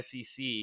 sec